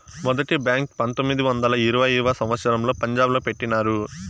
మొదటి బ్యాంకు పంతొమ్మిది వందల ఇరవైయవ సంవచ్చరంలో పంజాబ్ లో పెట్టినారు